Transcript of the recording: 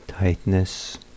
tightness